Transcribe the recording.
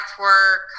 work